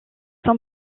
son